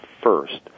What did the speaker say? first